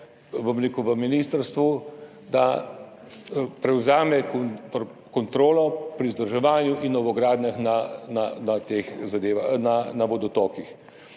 nalogo v ministrstvu, da prevzame kontrolo pri vzdrževanju in novogradnjah na vodotokih.